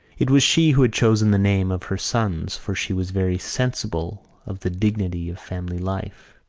it was she who had chosen the name of her sons for she was very sensible of the dignity of family life.